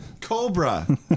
Cobra